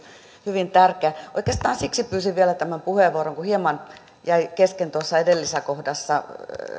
hyvin tärkeä oikeastaan siksi pyysin vielä tämän puheenvuoron kun hieman jäi kesken tuossa edellisessä